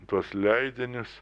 tuos leidinius